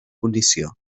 condició